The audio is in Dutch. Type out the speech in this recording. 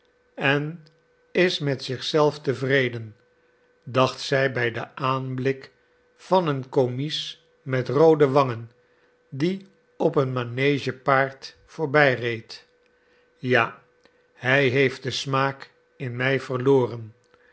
en is met zich zelf tevreden dacht zij bij den aanblik van een commies met roode wangen die op een manegepaard voorbijreed ja hij heeft den smaak in mij verloren